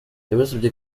yabasabye